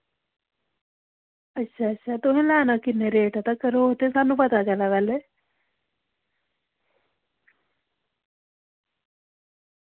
तुसें लैना किन्ने रेट तगर स्हानू पता चले पैह्लें